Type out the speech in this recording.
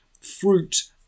fruit